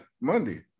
Monday